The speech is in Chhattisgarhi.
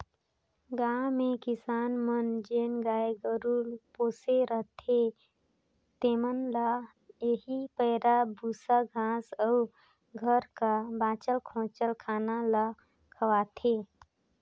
गाँव में किसान मन जेन गाय गरू पोसे रहथें तेमन ल एही पैरा, बूसा, घांस अउ घर कर बांचल खोंचल खाना ल खवाथें